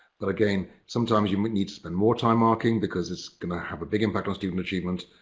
but again, sometimes you need to spend more time marking because it's going to have a big impact on student achievement.